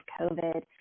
COVID